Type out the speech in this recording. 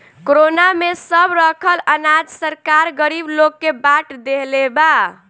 corona में सब रखल अनाज सरकार गरीब लोग के बाट देहले बा